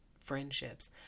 friendships